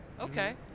Okay